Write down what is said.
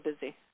busy